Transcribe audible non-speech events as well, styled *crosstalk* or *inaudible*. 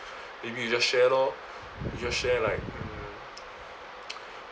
maybe you just share lor you just share like mm *noise*